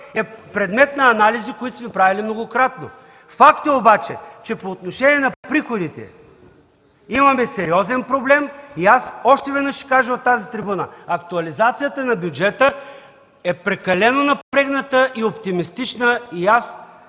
е предмет на анализи, които сме правили многократно. Факт е обаче, че по отношение на приходите имаме сериозен проблем и аз още веднъж ще кажа от трибуната: актуализацията на бюджета е прекалено напрегната и оптимистична и аз